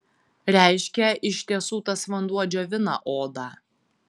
reiškia iš tiesų tas vanduo džiovina odą